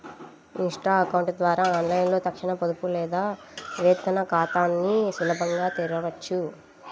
Insta account ద్వారా ఆన్లైన్లో తక్షణ పొదుపు లేదా వేతన ఖాతాని సులభంగా తెరవొచ్చు